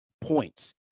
points